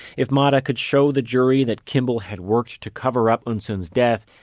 if motta could show the jury that kimball had worked to cover up eunsoon's death,